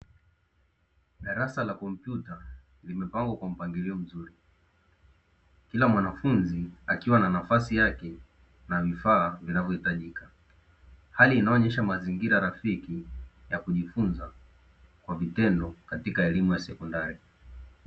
Darasa la kompyuta limepangwa kwa mpangilio mzuri. Kila mwanafunzi akiwa na nafasi yake na vifaa vinavyohitajika. Hali inayoonyesha mazingira rafiki ya kujifunza kwa vitendo katika elimu ya sekondari.